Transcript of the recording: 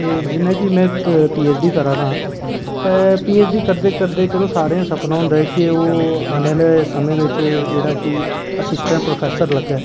जि'यां कि में पीएचडी करा दा आं ते पीएचडी करदे करदे चलो सारें दा सपना होंदा ऐ कि ओह् आने आह्ले समें बिच जेह्ड़ा कि असिस्टेंट प्रोफेसर लग्गै